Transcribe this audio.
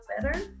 better